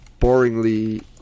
boringly